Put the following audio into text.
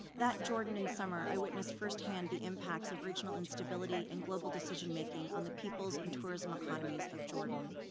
that jordan in summer i witnessed firsthand the impacts of regional instability and global decision-making on the peoples and tourism economies of jordan.